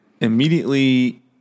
immediately